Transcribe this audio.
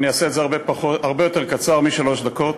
אני אעשה את זה הרבה יותר קצר משלוש דקות.